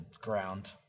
ground